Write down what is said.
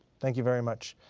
thank you very much.